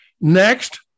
Next